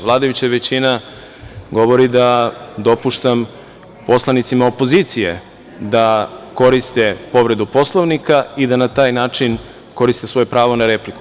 Vladajuća većina govori da dopuštam poslanicima opozicije da koriste povredu Poslovnika i da na taj način koriste svoje pravo ona repliku.